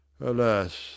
Alas